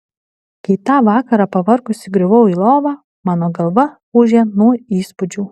kai tą vakarą pavargusi griuvau į lovą mano galva ūžė nuo įspūdžių